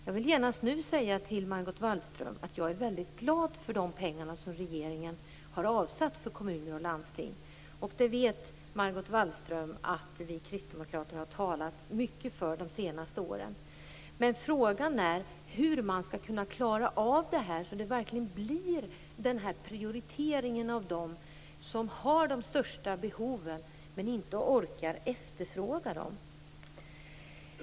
Jag vill genast nu säga till Margot Wallström, att jag är väldigt glad för de pengar som regeringen har avsatt för kommuner och landsting. Margot Wallström vet att vi kristdemokrater har talat mycket för detta de senaste åren. Men frågan är hur man skall kunna klara av detta så att det verkligen blir en prioritering av dem som verkligen har de största behoven men inte orkar efterfråga dem.